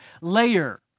layer